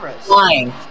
flying